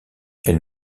elles